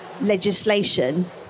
legislation